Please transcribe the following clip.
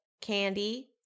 candy